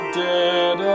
dead